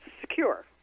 secure